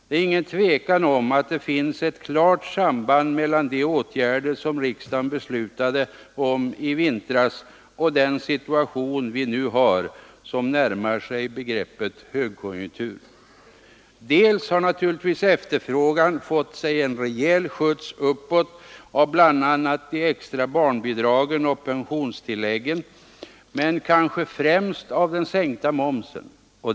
Det är inget tvivel om att det finns ett klart samband mellan de åtgärder som riksdagen beslutade om i vintras och den situation vi nu har, som närmar sig begreppet högkonjunktur. Dels har naturligtvis efterfrågan fått sig en rejäl skjuts uppåt av bl.a. de extra barnbidragen och pensionstilläggen men kanske främst av den sänkta momsen.